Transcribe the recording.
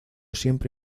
siempre